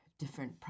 different